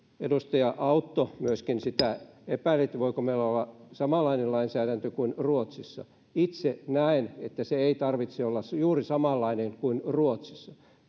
edustaja autto myöskin sitä epäili voiko meillä olla samanlainen lainsäädäntö kuin ruotsissa itse näen että sen ei tarvitse olla juuri samanlainen kuin ruotsissa